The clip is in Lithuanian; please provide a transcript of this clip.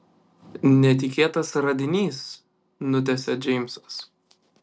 netikėtas radinys nutęsia džeimsas